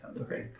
Okay